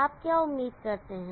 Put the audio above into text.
आप क्या उम्मीद करते हैं